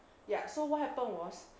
ya so what happened was